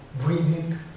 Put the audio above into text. breeding